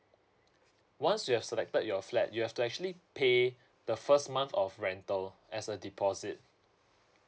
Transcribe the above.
once you have selected your flat you have to actually pay the first month of rental as a deposit